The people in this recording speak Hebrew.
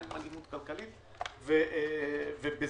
גם אם אלימות כלכלית,